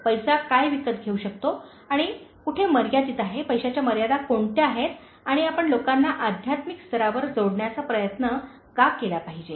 पैसा काय विकत घेऊ शकतो आणि कोठे मर्यादित आहे पैशाच्या मर्यादा कोणत्या आहेत आणि आपण लोकांना आध्यात्मिक स्तरावर जोडण्याचा प्रयत्न का केला पाहिजे